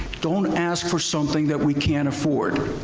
don't ask for something that we can't afford.